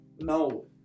No